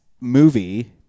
movie